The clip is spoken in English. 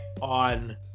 on